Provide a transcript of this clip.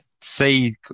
see